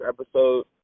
episode